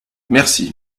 merci